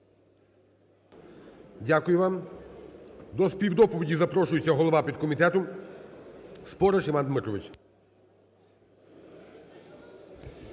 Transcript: Дякую вам. До співдоповіді запрошується голова підкомітету Спориш Іван Дмитрович.